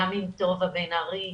גם עם טובה בן ארי,